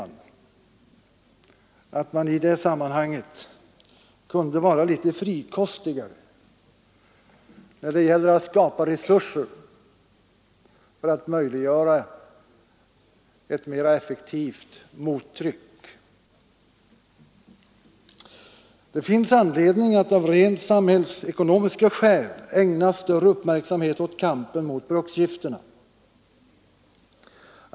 Nog kunde man vara litet frikostigare när det gäller att skapa resurser för att möjliggöra ett mera effektivt mottryck i det här sammanhanget. Det finns anledning att av rent samhällsekonomiska skäl ägna större uppmärksamhet åt kampen mot bruksgifterna.